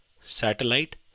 Satellite